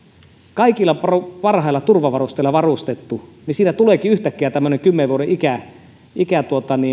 kaikilla parhailla turvavarusteilla varustettu siinä tuleekin yhtäkkiä tämmöinen kymmenen vuoden ikä ikä